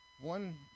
One